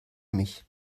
mich